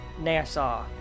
NASA